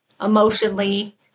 emotionally